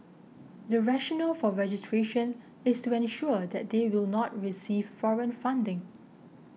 the rational for registration is to ensure that they will not receive foreign funding